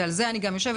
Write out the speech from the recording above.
ועל זה אני גם עובדת